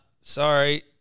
Sorry